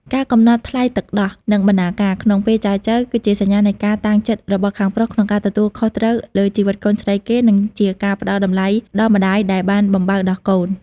ការកំណត់ "ថ្លៃទឹកដោះ" និង "បណ្ណាការ" ក្នុងពេលចែចូវ គឺជាសញ្ញានៃការតាំងចិត្តរបស់ខាងប្រុសក្នុងការទទួលខុសត្រូវលើជីវិតកូនស្រីគេ និងជាការផ្ដល់តម្លៃដល់ម្ដាយដែលបានបំបៅដោះកូន។